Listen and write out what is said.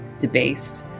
debased